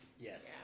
Yes